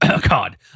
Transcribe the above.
God